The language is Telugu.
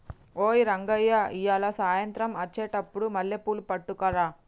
ఓయ్ రంగయ్య ఇయ్యాల సాయంత్రం అచ్చెటప్పుడు మల్లెపూలు పట్టుకరా